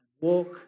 walk